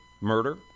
Murder